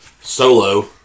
Solo